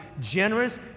generous